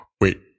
Wait